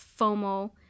FOMO